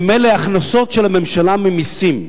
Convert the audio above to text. ממילא ההכנסות של הממשלה ממסים,